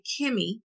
Kimmy